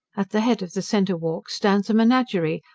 at the head of the centre walks stands a menagerie,